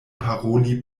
paroli